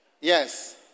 Yes